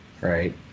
right